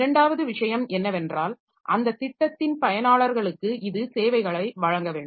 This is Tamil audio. இரண்டாவது விஷயம் என்னவென்றால் அந்த திட்டத்தின் பயனாளர்களுக்கு இது சேவைகளை வழங்க வேண்டும்